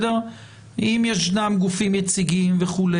אם ישנם גופים יציגים וכו',